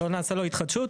לא נעשה לו התחדשות?